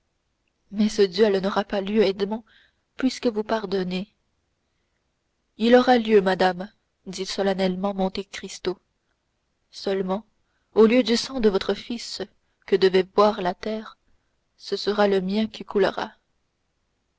mais ce duel n'aura pas lieu edmond puisque vous pardonnez il aura lieu madame dit solennellement monte cristo seulement au lieu du sang de votre fils que devait boire la terre ce sera le mien qui coulera